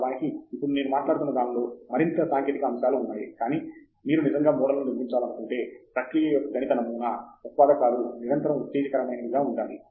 వాస్తవానికి ఇప్పుడు నేను మాట్లాడుతున్న దానిలో మరింత సాంకేతిక అంశాలు ఉన్నాయి కానీ మీరు నిజంగా మోడల్ను నిర్మించాలనుకుంటే ప్రక్రియ యొక్క గణిత నమూనా ఉత్పాదకాలు నిరంతరం ఉత్తేజకరమైనవి గా ఉండాలి